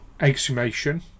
exhumation